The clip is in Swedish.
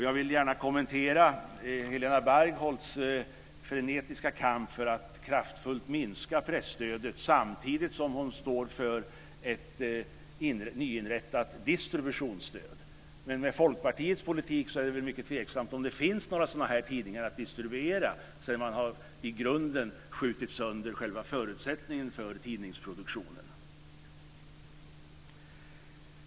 Jag vill gärna kommentera Helena Bargholtz frenetiska kamp för att kraftfullt minska presstödet samtidigt som hon står för ett nyinrättat distributionsstöd. Med Folkpartiets politik är det dock mycket tveksamt om det kommer att finnas några sådana här tidningar att distribuera, sedan man i grunden har skjutit sönder själva förutsättningen för tidningsproduktionen.